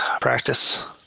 Practice